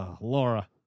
Laura